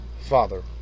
Father